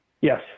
yes